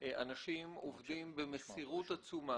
אנשים עובדים במסירות עצומה